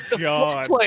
god